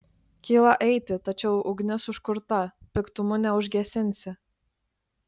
kyla eiti tačiau ugnis užkurta piktumu neužgesinsi